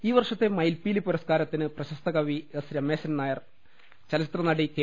ഈ വർഷത്തെ മയിൽപ്പീലി പുരസ്കാരത്തിന് പ്രശസ്ത കവി എസ് രമേശൻ നായർ ചലച്ചിത്ര നടി കെ